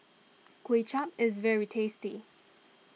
Kway Chap is very tasty